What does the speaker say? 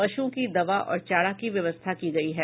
पशुओं की दवा और चारा की व्यवस्था की गयी है